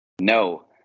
No